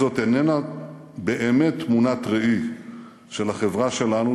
זו איננה באמת תמונת ראי של החברה שלנו,